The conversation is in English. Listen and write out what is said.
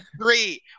three